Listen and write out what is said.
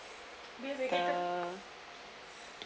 the